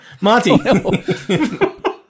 Monty